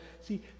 see